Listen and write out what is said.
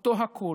אותו הקול,